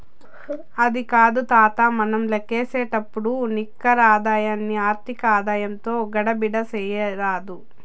అది కాదు తాతా, మనం లేక్కసేపుడు నికర ఆదాయాన్ని ఆర్థిక ఆదాయంతో గడబిడ చేయరాదు